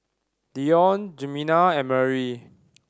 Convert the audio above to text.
Deion Jemima and Marie